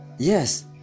Yes